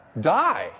Die